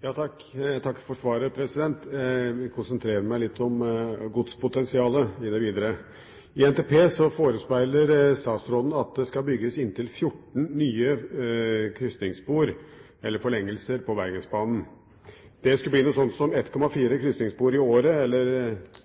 Jeg takker for svaret. Jeg vil i det videre konsentrere meg litt om godspotensialet. I NTP forespeiler statsråden at det skal bygges inntil 14 nye krysningsspor, eller forlengelser, på Bergensbanen. Det skulle bli ca. 1,4 krysningsspor i året eller